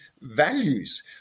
values